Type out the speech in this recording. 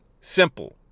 simple